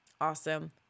awesome